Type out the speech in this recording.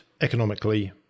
economically